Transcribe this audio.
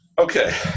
okay